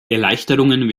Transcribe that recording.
erleichterungen